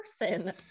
person